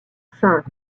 cinq